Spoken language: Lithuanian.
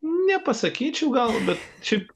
nepasakyčiau gal bet šiaip